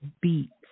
beats